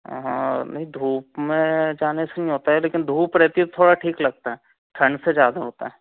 हाँ और नहीं धूप में जाने से नहीं होता है लेकिन धूप रहती थोड़ा ठीक लगता है ठण्ड से ज़्यादा होता है